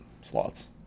slots